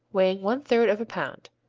weighing one-third of a pound.